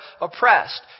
oppressed